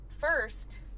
first